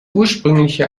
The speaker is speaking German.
ursprüngliche